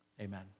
Amen